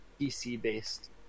PC-based